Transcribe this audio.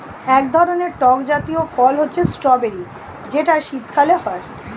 এক ধরনের টক জাতীয় ফল হচ্ছে স্ট্রবেরি যেটা শীতকালে হয়